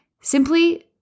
simply